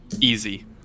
easy